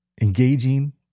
Engaging